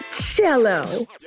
Cello